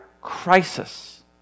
crisis